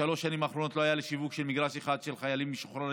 רואה: בשלוש השנים האחרונות לא היה שיווק של מגרש אחד לחיילים משוחררים,